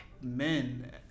men